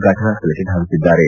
ಘಟನಾ ಸ್ವಳಕ್ಕೆ ಧಾವಿಸಿದ್ದಾರೆ